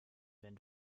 wenn